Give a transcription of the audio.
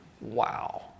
Wow